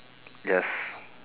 just